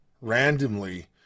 randomly